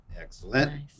Excellent